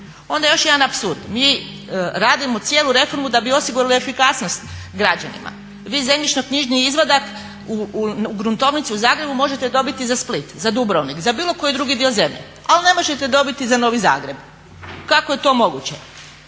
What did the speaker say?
Onda još jedan apsurd, mi radimo cijelu reformu da bi osigurali efikasnost građanima. Vi zemljišno-knjižni izvadak u gruntovnici u Zagrebu možete dobiti za Split, za Dubrovnik, za bilo koji drugi dio zemlje. Ali ne možete dobiti za Novi Zagreb. Kako je to moguće?